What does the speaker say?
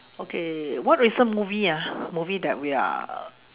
okay what recent movie ah movie that we are